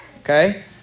Okay